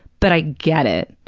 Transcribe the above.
but i get it.